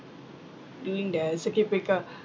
during the circuit breaker